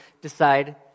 decide